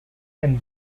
and